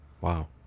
Wow